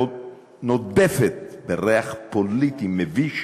ונודפת ריח פוליטי מביש